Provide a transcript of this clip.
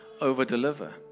over-deliver